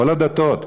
כל הדתות,